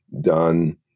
done